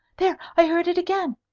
there! i heard it again!